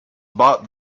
bought